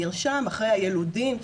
מרשם אחרי היילודים,